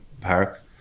park